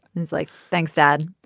he's like thanks dad.